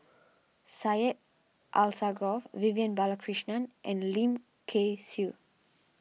Syed Alsagoff Vivian Balakrishnan and Lim Kay Siu